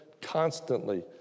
constantly